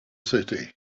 city